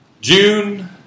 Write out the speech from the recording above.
June